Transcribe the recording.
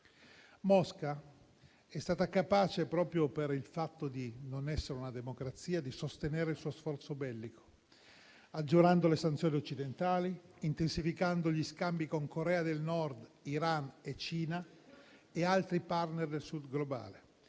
è stata capace, proprio per il fatto di non essere una democrazia, di sostenere il suo sforzo bellico aggirando le sanzioni occidentali, intensificando gli scambi con Corea del Nord, Iran, Cina e altri *partner* del Sud globale,